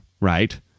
right